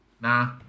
Nah